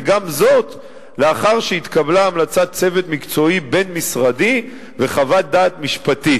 וגם זאת לאחר שהתקבלו המלצת צוות מקצועי בין-משרדי וחוות דעת משפטית.